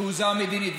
תעוזה מדינית.